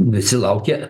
visi laukia